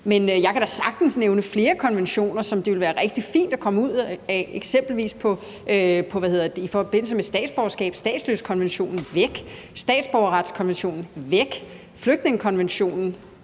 Men jeg kan da sagtens nævne flere konventioner, som det vil være rigtig fint at komme ud af, eksempelvis i forbindelse med statsborgerskab: Statsløsekonventionen – væk! Statsborgerretskonventionen – væk! Flygtningekonventionen